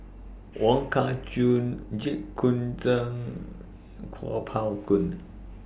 Wong Kah Chun Jit Koon Ch'ng Kuo Pao Kun